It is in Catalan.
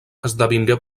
esdevingué